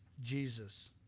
Jesus